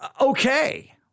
okay